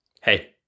Hey